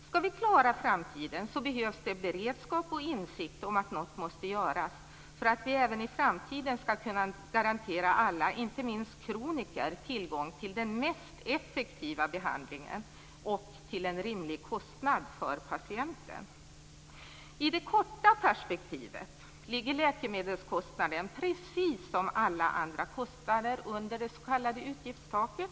Skall vi klara framtiden behövs det beredskap och insikt om att något måste göras för att vi även i framtiden skall kunna garantera alla, inte minst kroniker, tillgång till den mest effektiva behandlingen till en rimlig kostnad för patienten. I det korta perspektivet ligger läkemedelskostnaden precis som alla andra kostnader under det s.k. utgiftstaket.